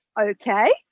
okay